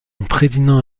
président